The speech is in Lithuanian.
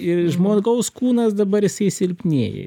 žmogaus kūnas dabar jisai silpnėja